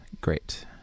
Great